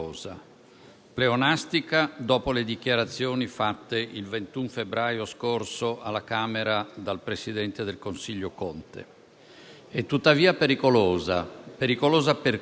pleonastica dopo le dichiarazioni fatte il 21 febbraio scorso alla Camera dal presidente del Consiglio Conte, e tuttavia pericolosa. Pericolosa per chi?